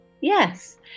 Yes